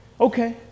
Okay